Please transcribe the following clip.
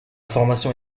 formation